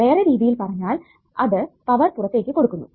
വേറെ രീതിയിൽ പറഞ്ഞാൽ അത് പവർ പുറത്തേക് കൊടുക്കുന്നു